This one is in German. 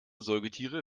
säugetiere